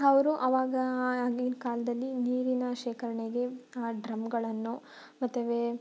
ಅವರು ಅವಾಗ ಆಗಿನ ಕಾಲದಲ್ಲಿ ನೀರಿನ ಶೇಖರಣೆಗೆ ಡ್ರಮ್ಗಳನ್ನು ಮತ್ತು ವೇ